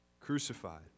crucified